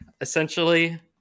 essentially